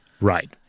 Right